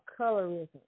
colorism